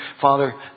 Father